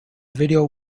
video